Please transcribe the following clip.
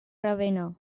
ravenna